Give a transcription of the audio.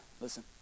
listen